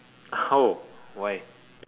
oh why